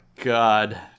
God